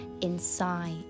inside